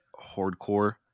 hardcore